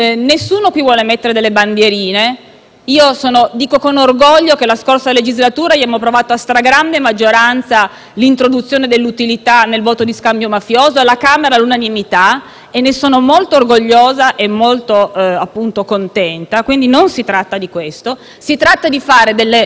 Io dico con orgoglio che nella scorsa legislatura abbiamo approvato a stragrande maggioranza l'introduzione dell'utilità nel voto di scambio mafioso e, alla Camera, all'unanimità. Ne sono molto orgogliosa e molto contenta. Quindi non si tratta di questo, ma di fare delle norme utili e